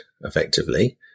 effectively